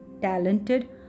talented